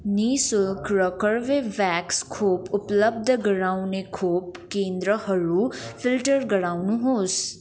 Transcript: नि शुल्क र कर्बेभ्याक्स खोप उपलब्ध गराउने खोप केन्द्रहरू फिल्टर गराउनुहोस्